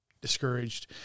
discouraged